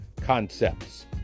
concepts